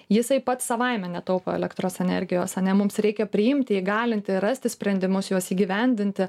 jisai pats savaime netaupo elektros energijos ane mums reikia priimti įgalinti rasti sprendimus juos įgyvendinti